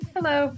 Hello